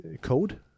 code